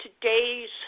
today's